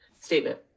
statement